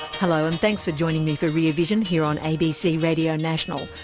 hello, and thanks for joining me for rear vision, here on abc radio national.